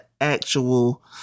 actual